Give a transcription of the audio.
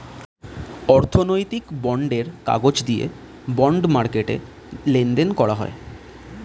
অর্থনৈতিক বন্ডের কাগজ দিয়ে বন্ড মার্কেটে লেনদেন করা হয়